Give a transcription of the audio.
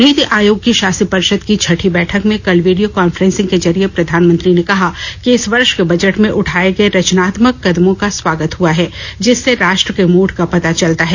नीति आयोग की शासी परिषद की छठी बैठक में कल वीडियों कांफ्रेंसिंग के जरिए प्रधानमंत्री ने कहा कि इस वर्ष के बजट में उठाये गए रचनात्मक कदमों का स्वागत हुआ है जिससे राष्ट्र के मूड का पता चलता है